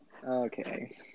okay